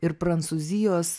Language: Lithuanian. ir prancūzijos